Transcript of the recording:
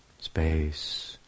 space